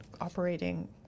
operating